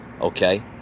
Okay